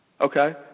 Okay